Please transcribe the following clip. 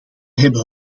hebben